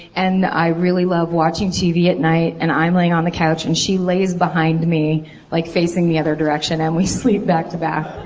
and i love watching tv at night, and i'm laying on the couch, and she lays behind me like facing the other direction and we sleep back to back.